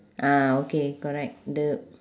ah okay correct the